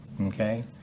Okay